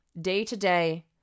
day-to-day